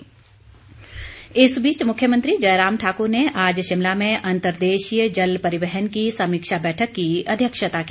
जयराम इस बीच मुख्यमंत्री जयराम ठाकुर ने आज शिमला में अंतरदेशीय जल परिवहन की समीक्षा बैठक की अध्यक्षता की